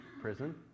prison